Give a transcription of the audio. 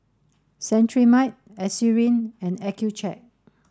Cetrimide Eucerin and Accucheck